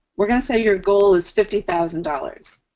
we're gonna say your goal is fifty thousand dollars.